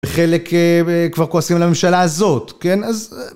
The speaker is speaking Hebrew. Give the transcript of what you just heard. חלק כבר כועסים לממשלה הזאת, כן?